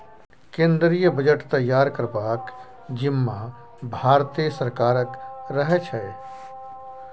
केंद्रीय बजट तैयार करबाक जिम्माँ भारते सरकारक रहै छै